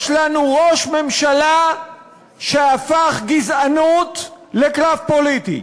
יש לנו ראש ממשלה שהפך גזענות לקרב פוליטי,